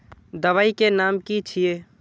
दबाई के नाम की छिए?